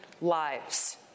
lives